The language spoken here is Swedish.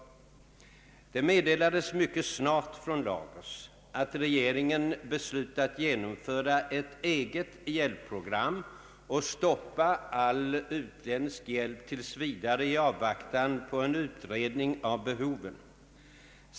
Det meddelades mycket snart från Lagos att regeringen beslutat genomföra ett eget hjälpprogram och stoppa all utländsk hjälp tills vidare i avvaktan på en utredning av behoven.